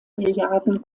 milliarden